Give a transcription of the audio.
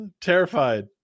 terrified